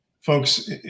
folks